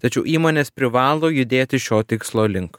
tačiau įmonės privalo judėti šio tikslo link